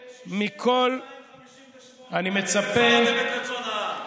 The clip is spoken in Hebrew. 62 58. אתם הפרתם את רצון העם.